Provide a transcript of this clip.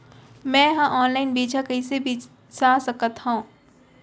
मे हा अनलाइन बीजहा कईसे बीसा सकत हाव